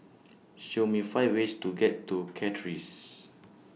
Show Me five ways to get to Castries